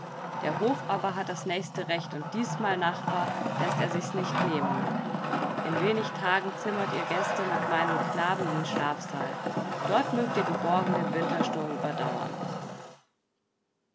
der hof aber hat das nächste recht und diesmal nachbar läßt er's sich nicht nehmen in wenig tagen zimmert ihr gäste mit meinen knaben den schlafsaal dort mögt ihr geborgen den wintersturm überdauern